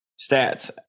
stats